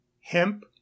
hemp